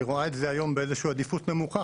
רואה את זה היום באיזשהו עדיפות נמוכה,